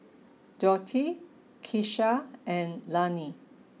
Dorthey Keisha and Lannie